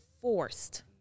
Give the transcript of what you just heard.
forced